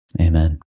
Amen